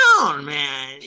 man